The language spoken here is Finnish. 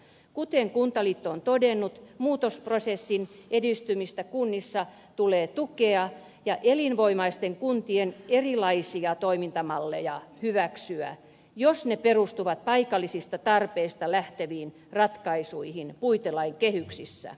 kuten kuntaliitto on todennut muutosprosessin edistymistä kunnissa tulee tukea ja elinvoimaisten kuntien erilaisia toimintamalleja hyväksyä jos ne perustuvat paikallisista tarpeista lähteviin ratkaisuihin puitelain kehyksissä